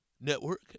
network